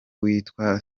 witwa